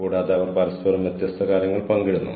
കൂടാതെ ഈ വിവരങ്ങളെല്ലാം നമ്മൾ നിങ്ങൾക്ക് നൽകുന്നു